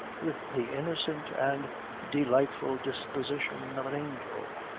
with the innocent and delightful disposition of an angel.